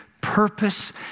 purpose